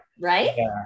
right